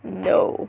no